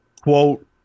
quote